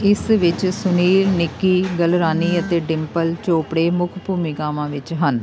ਇਸ ਵਿੱਚ ਸੁਨੀਲ ਨਿੱਕੀ ਗਲਰਾਨੀ ਅਤੇ ਡਿੰਪਲ ਚੋਪੜੇ ਮੁੱਖ ਭੂਮਿਕਾਵਾਂ ਵਿੱਚ ਹਨ